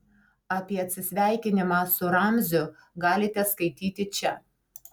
apie atsisveikinimą su ramziu galite skaityti čia